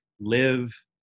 live